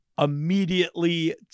immediately